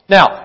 Now